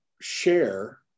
share